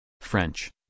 french